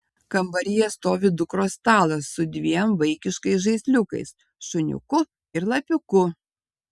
kambaryje stovi dukros stalas su dviem vaikiškais žaisliukais šuniuku ir lapiuku